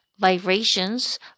vibrations